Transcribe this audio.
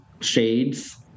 shades